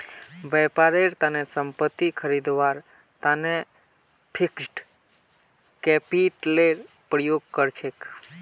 व्यापारेर तने संपत्ति खरीदवार तने फिक्स्ड कैपितलेर प्रयोग कर छेक